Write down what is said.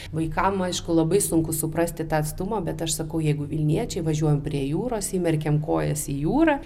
vaikam aišku labai sunku suprasti tą atstumą bet aš sakau jeigu vilniečiai važiuojam prie jūros įmerkėm kojas į jūrą